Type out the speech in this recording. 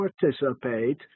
participate